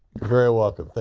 very welcome.